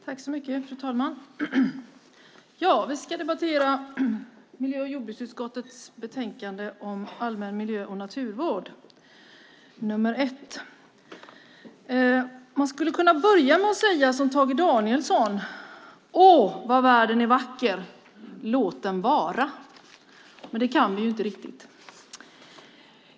Fru ålderspresident! Vi debatterar miljö och jordbruksutskottets betänkande nr 1 om allmän miljö och naturvård. Man skulle kunna börja med att säga som Tage Danielsson: "Åh, vad världen är vacker - låt den vara!" Men det kan vi inte riktigt.